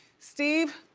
steve,